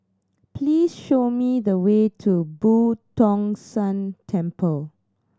please show me the way to Boo Tong San Temple